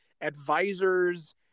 advisors